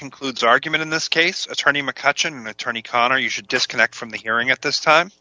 concludes argument in this case attorney mccutcheon attorney connor you should disconnect from the hearing at this time